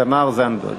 תמר זנדברג.